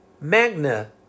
magna